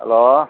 hello